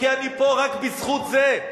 כי אני פה רק בזכות זה.